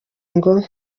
ngo